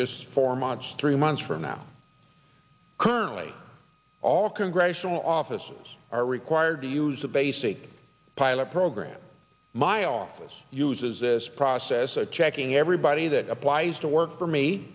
just for march three months from now currently all congressional offices are required to use a basic pilot program my office uses this process of checking everybody that applies to work for me